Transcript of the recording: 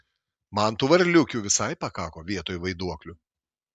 man tų varliukių visai pakako vietoj vaiduoklių